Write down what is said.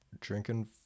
drinking